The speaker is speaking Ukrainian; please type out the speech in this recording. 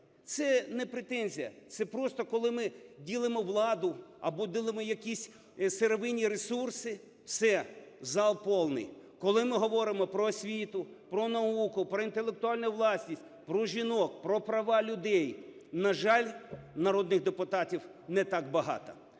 Це не претензія, це просто, коли ми ділимо владу або ділимо якісь сировинні ресурси – все, зал повний. Коли ми говоримо про освіту, про науку, про інтелектуальну власність, про жінок, про права людей, на жаль, народних депутатів не так багато.